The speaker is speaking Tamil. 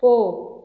போ